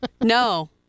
No